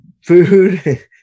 food